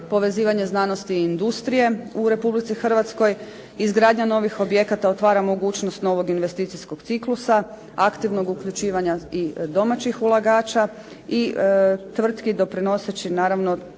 povezivanje znanosti i industrije u Republici Hrvatskoj, izgradnja novih objekata otvara mogućnost novog investicijskog ciklusa, aktivnog uključivanja i domaćih ulagača i tvrtki doprinoseći naravno